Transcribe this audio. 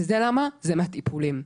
וזה מהטיפולים.